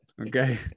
Okay